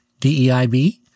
DEIB